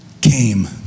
came